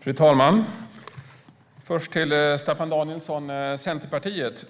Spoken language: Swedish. Fru talman! Jag vänder mig först till Staffan Danielsson från Centerpartiet.